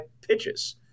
pitches